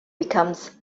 becomes